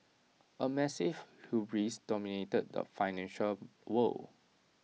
A massive hubris dominated the financial world